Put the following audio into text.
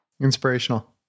Inspirational